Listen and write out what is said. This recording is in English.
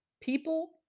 people